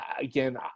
again